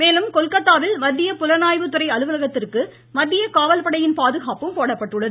மேலும் கொல்கத்தாவில் மத்திய புலனாய்வு துறை அலுவலகத்திற்கு மத்திய காவல்படையின் பாதுகாப்பும் போடப்பட்டுள்ளது